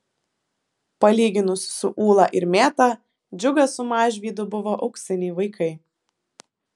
palyginus su ūla ir mėta džiugas su mažvydu buvo auksiniai vaikai